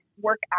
work